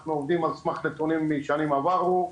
אנחנו עובדים על סמך נתונים משנים עברו.